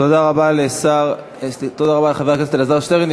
תודה רבה לחבר הכנסת אלעזר שטרן.